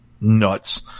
nuts